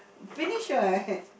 finish all I had